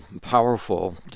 powerful